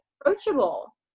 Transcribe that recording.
approachable